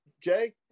Jay